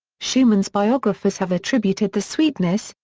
schumann's biographers have attributed the sweetness,